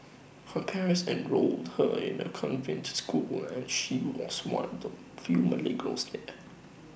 her parents enrolled her in A convent school and she was one of few Malay girls there